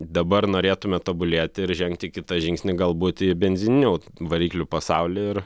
dabar norėtume tobulėti ir žengti kitą žingsnį galbūt į benzininį variklių pasaulį ir